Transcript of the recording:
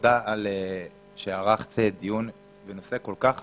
תודה שערכת דיון בנושא כל כך חשוב,